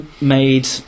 made